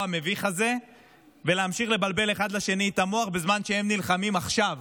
המביך הזה ולהמשיך לבלבל אחד לשני את המוח בזמן שהם נלחמים עכשיו